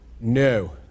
No